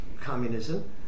communism